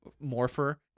morpher